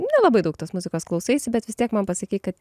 nelabai daug tos muzikos klausaisi bet vis tiek man pasakei kad